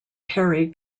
perry